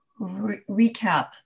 recap